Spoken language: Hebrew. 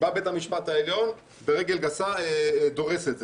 בית המשפט העליון ברגל גסה דורס את זה,